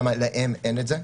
להבין למה להן אין את זה.